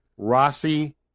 rossi